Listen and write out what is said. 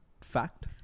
fact